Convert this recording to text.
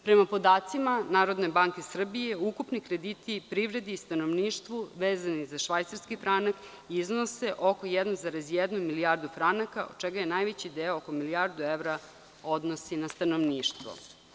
Prema podacima NBS, ukupni krediti privrede i stanovništva vezani za švajcarski franak iznose oko 1,1 milijardu franaka, od čega se najveći deo, oko milijardu evra, odnosi na stanovništvo.